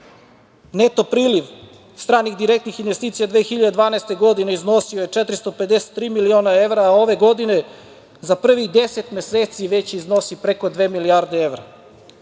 Neto priliv stranih direktnih investicija 2012. godine iznosio je 453 miliona evra, a ove godine za prvih deset meseci već iznosi preko dve milijarde evra.